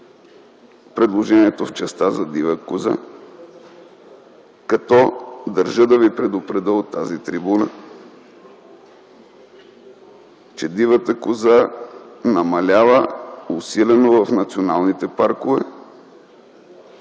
предложението в частта за дивата коза, като държа да ви предупредя от тази трибуна, че дивата коза намалява усилено в националните паркове,